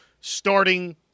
starting